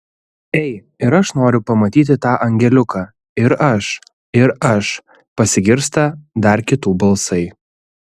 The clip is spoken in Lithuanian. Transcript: ei ir aš noriu pamatyti tą angeliuką ir aš ir aš pasigirsta dar kitų balsai